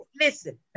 Listen